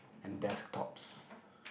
and desktops